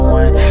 one